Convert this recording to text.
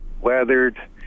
weathered